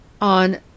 on